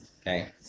Okay